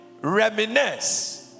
reminisce